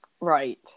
Right